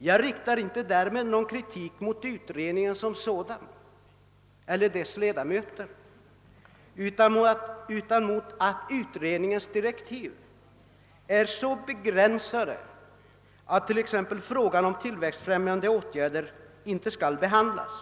Jag riktar därmed inte någon kritik mot utred ningen som sådan eller dess ledamöter, utan mot att utredningens direktiv är så begränsade att t.ex. frågan om tillväxtfrämjande åtgärder inte skall behandlas.